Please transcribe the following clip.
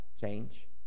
change